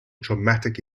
dramatic